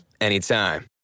anytime